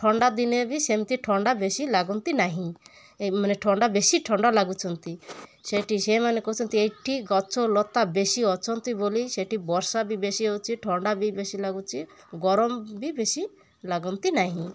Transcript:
ଥଣ୍ଡା ଦିନେ ବି ସେମିତି ଥଣ୍ଡା ବେଶୀ ଲାଗନ୍ତି ନାହିଁ ଏ ମାନେ ଥଣ୍ଡା ବେଶୀ ଥଣ୍ଡା ଲାଗୁଛନ୍ତି ସେଠି ସେମାନେ କହୁଛନ୍ତି ଏଇଠି ଗଛ ଲତା ବେଶୀ ଅଛନ୍ତି ବୋଲି ସେଠି ବର୍ଷା ବି ବେଶୀ ହେଉଛିି ଥଣ୍ଡା ବି ବେଶୀ ଲାଗୁଛି ଗରମ ବି ବେଶୀ ଲାଗନ୍ତି ନାହିଁ